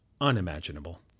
unimaginable